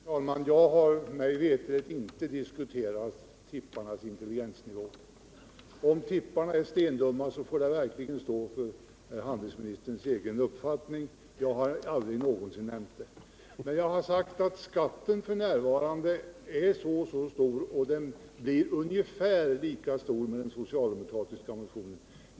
Herr talman! Jag har mig veterligt inte diskuterat tipparnas intelligensnivå. Påståendet att tipparna är stendumma får verkligen stå för handelsministerns egen räkning; jag har inte sagt det. Jag har sagt att skatten f. n. är så och så hög, och den blir ungefär lika hög enligt förslaget i den socialdemokratiska motionen.